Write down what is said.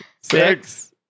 Six